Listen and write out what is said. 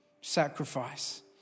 sacrifice